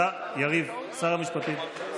שר המשפטים, יריב, ועדת,